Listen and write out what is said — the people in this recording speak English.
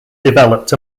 developed